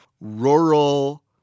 rural